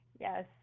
Yes